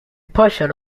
portion